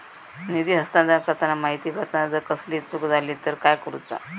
निधी हस्तांतरण करताना माहिती भरताना जर कसलीय चूक जाली तर काय करूचा?